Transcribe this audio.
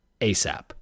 ASAP